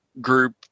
group